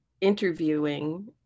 interviewing